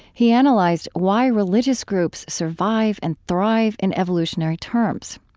he analyzed why religious groups survive and thrive in evolutionary terms.